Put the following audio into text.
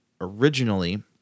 originally